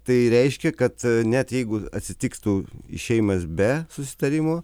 tai reiškia kad net jeigu atsitiktų išėjimas be susitarimo